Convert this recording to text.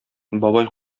бабай